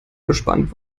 gespannt